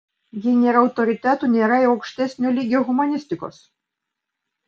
jei nėra autoritetų nėra ir aukštesnio lygio humanistikos